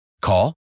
Call